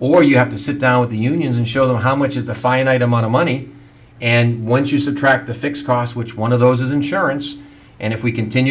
or you have to sit down with the unions and show them how much is the finite amount of money and once you subtract the fixed cost which one of those is insurance and if we continue